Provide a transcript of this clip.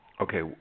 Okay